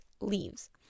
leaves